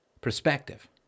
perspective